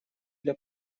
для